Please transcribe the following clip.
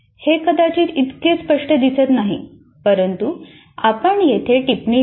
हे कदाचित इतके स्पष्ट दिसत नाही परंतु आपण येथे टिप्पणी देऊ